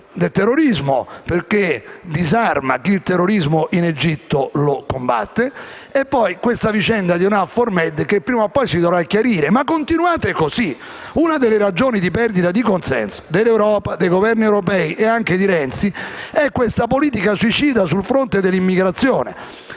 del terrorismo, perché disarma chi in Egitto il terrorismo lo combatte, e alla vicenda di EUNAVFOR Med, che prima o poi si dovrà chiarire. Ma continuate così. Una delle ragioni di perdita di consenso dell'Europa, dei Governi europei e anche di Renzi è la politica suicida sul fronte dell'immigrazione.